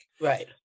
Right